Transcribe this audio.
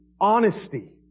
honesty